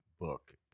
book